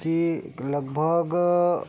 कि लगभग